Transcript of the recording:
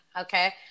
okay